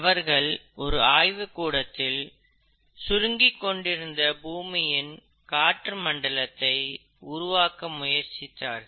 அவர்கள் ஒரு ஆய்வுக்கூடத்தில் சுருங்கிக் கொண்டிருந்த பூமியின் காற்று மண்டலத்தை உருவாக்க முயற்சித்தார்கள்